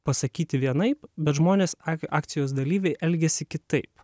pasakyti vienaip bet žmonės akcijos dalyviai elgėsi kitaip